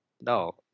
No